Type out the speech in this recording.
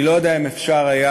אני לא יודע אם אפשר היה,